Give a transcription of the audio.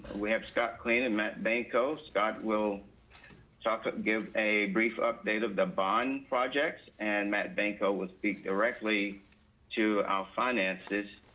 we have scott clean and matt banco scott will talk to ah give a brief update of the bond projects and matt banco will speak directly to our finances.